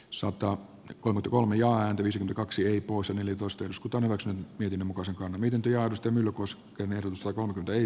sota on kolme kolme ääntä viisi kaksi usa neljätoista jos kutonen osan pelin osa on eniten työllisti myllykoski oyn yritysvoiton peri